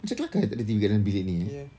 macam kelakar eh takde T_V kat dalam bilik ni eh